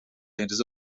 tijdens